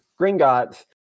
Gringotts